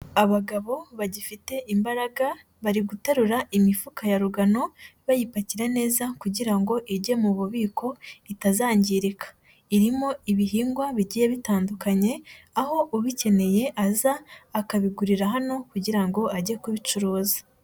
Abagabo bagifite imbaraga bari guterura imifuka ya rugano, bayipakira neza kugirango ijye mu bubiko itazangirika irimo ibihingwa bigiye bitandukanye, aho ubikeneye aza akabigurira hano kugirango ajye kubicuruza.